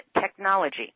technology